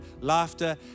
laughter